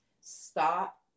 Stop